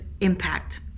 impact